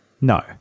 no